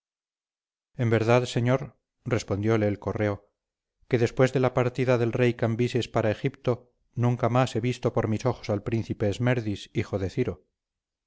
en verdad señor respondióle el correo que después de la partida del rey cambises para egipto nunca más he visto por mis ojos al príncipe esmerdis hijo ciro